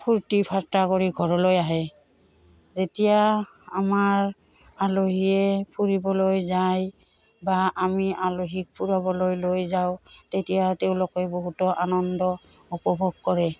ফূৰ্তি ফাৰ্তা কৰি ঘৰলৈ আহে যেতিয়া আমাৰ আলহীয়ে ফুৰিবলৈ যায় বা আমি আলহীক ফুৰাবলৈ লৈ যাওঁ তেতিয়া তেওঁলোকে বহুতো আনন্দ উপভোগ কৰে